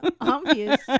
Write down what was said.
obvious